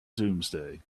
doomsday